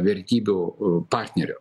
vertybių partnerio